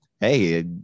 Hey